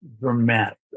dramatic